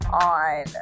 on